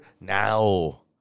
now